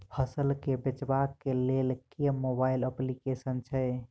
फसल केँ बेचबाक केँ लेल केँ मोबाइल अप्लिकेशन छैय?